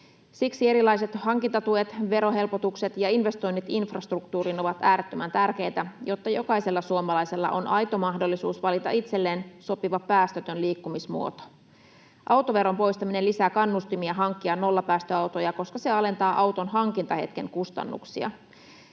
Siksi erilaiset hankintatuet, verohelpotukset ja investoinnit infrastruktuuriin ovat äärettömän tärkeitä, jotta jokaisella suomalaisella on aito mahdollisuus valita itselleen sopiva päästötön liikkumismuoto. Autoveron poistaminen lisää kannustimia hankkia nollapäästöautoja, koska se alentaa auton hankintahetken kustannuksia.